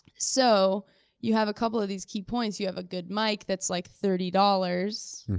so you have a couple of these key points. you have a good mic that's like thirty dollars,